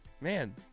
Man